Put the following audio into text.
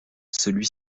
celui